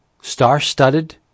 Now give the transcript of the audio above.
star-studded